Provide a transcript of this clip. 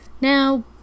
Now